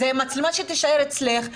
אלה מצלמות שיישארו אצלך,